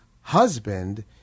husband